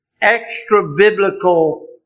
extra-biblical